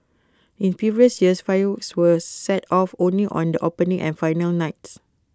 in previous years fireworks were set off only on the opening and final nights